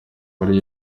muri